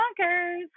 bonkers